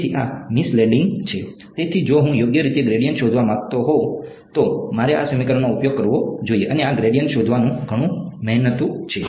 તેથી આ મિસલેડિંગ છે તેથી જો હું યોગ્ય રીતે ગ્રેડીયન્ટ શોધવા માંગતો હોય તો મારે આ સમીકરણનો ઉપયોગ કરવો જોઈએ અને આ ગ્રેડીયન્ટ શોધવાનું ઘણું મહેનતુ છે